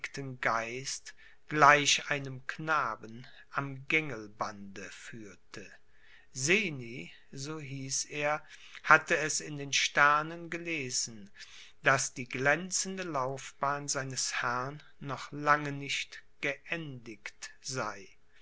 geist gleich einem knaben am gängelbande führte seni so hieß er hatte es in den sternen gelesen daß die glänzende laufbahn seines herrn noch lange nicht geendigt sei